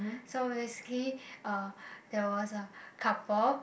so basically uh there was a couple